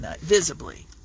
visibly